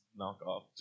knockoff